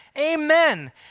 amen